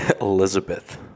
Elizabeth